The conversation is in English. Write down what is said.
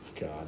God